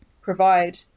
provide